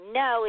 no